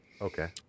Okay